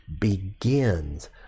begins